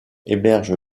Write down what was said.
héberge